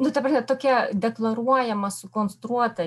nu ta prasme tokia deklaruojama sukonstruota